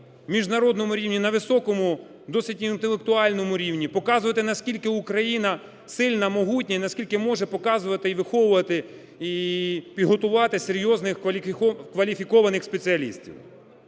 міжнародному рівні, на високому досить інтелектуальному рівні, показувати, наскільки України сильна, могутня і наскільки може показувати і виховувати, і підготувати серйозних, кваліфікованих спеціалістів.